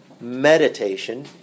meditation